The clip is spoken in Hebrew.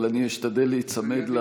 אבל אני אשתדל להיצמד,